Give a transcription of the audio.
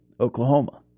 Oklahoma